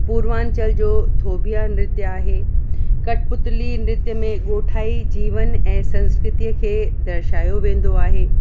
पूरवांचल जो धोबिया नृत्य आहे कटपुतिली नृत्य में ॻोठाई जीवन ऐं संस्कृतिअ खे दर्शायो वेंदो आहे